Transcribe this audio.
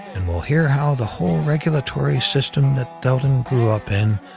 and we'll hear how the whole regulatory system that theldon grew up in,